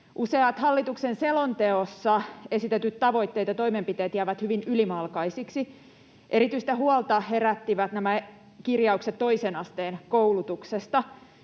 Useat hallituksen selonteossa esitetyt tavoitteet ja toimenpiteet jäävät hyvin ylimalkaisiksi. Erityistä huolta herättivät nämä kirjaukset toisen asteen koulutuksesta.